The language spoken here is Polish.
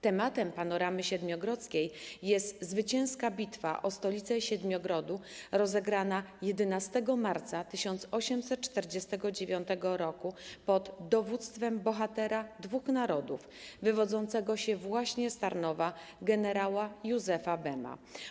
Tematem „Panoramy Siedmiogrodzkiej” jest zwycięska bitwa o stolicę Siedmiogrodu rozegrana 11 marca 1849 r. pod dowództwem bohatera dwóch narodów, wywodzącego się właśnie z Tarnowa generała Józefa Bema.